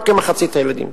רק כמחצית הילדים,